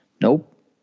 Nope